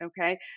Okay